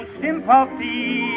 sympathy